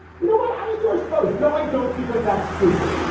you know what? i endorse both. no, i don't, because that's stupid.